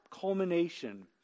culmination